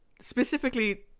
specifically